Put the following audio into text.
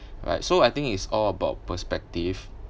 alright so I think it's all about perspective